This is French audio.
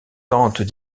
tentent